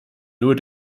nur